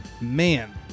man